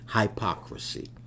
hypocrisy